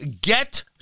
Get